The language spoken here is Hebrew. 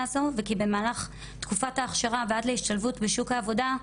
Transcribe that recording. הזאת וכי במהלך תקופת ההכשרה ועד השתלבות בשוק העבודה,